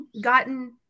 gotten